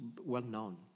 well-known